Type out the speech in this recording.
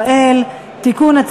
(תיקון,